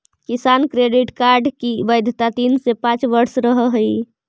किसान credit card की वैधता तीन से पांच वर्ष रहअ हई